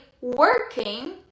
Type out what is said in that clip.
working